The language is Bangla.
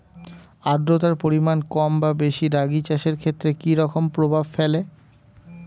আদ্রতার পরিমাণ কম বা বেশি রাগী চাষের ক্ষেত্রে কি রকম প্রভাব ফেলে?